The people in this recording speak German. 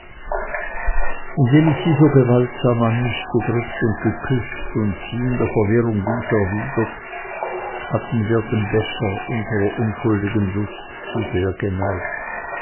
indem ich sie so gewaltsam an mich gedrückt und geküßt und sie in der verwirrung dies erwidert hatten wir den becher unserer unschuldigen lust zu sehr geneigt